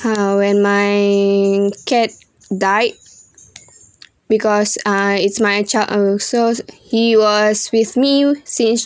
ha when my cat died because uh it's my child uh so he was with me since